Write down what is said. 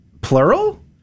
plural